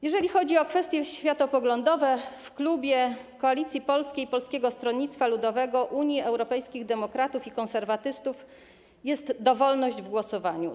Jeżeli chodzi o kwestie światopoglądowe, to w klubie Koalicji Polskiej i Polskiego Stronnictwa Ludowego, Unii Europejskich Demokratów i Konserwatystów jest dowolność w głosowaniu.